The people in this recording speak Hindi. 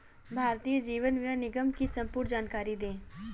भारतीय जीवन बीमा निगम की संपूर्ण जानकारी दें?